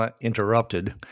Interrupted